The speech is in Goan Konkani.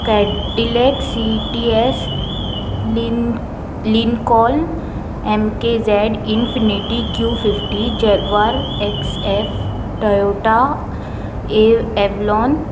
कॅडिलेक्स सी टी एस लि Lincoln M K Z Infiniti Q fifty Jaguar X F Toyota a Avalon